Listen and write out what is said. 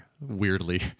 weirdly